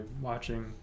watching